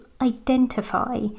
identify